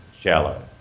shallow